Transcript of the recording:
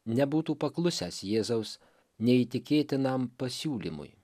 nebūtų paklusęs jėzaus neįtikėtinam pasiūlymui